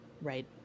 Right